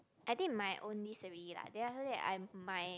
I did my own list already like then after that I my